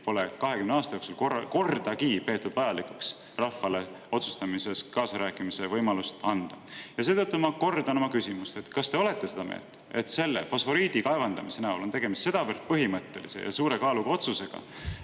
pole 20 aasta jooksul kordagi peetud vajalikuks rahvale otsustamises kaasarääkimise võimalust anda. Ja seetõttu ma kordan oma küsimust: kas te olete seda meelt, et fosforiidi kaevandamise näol on tegemist sedavõrd põhimõttelise ja suure kaaluga otsusega,